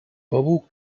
bubble